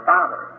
Father